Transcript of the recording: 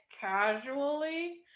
casually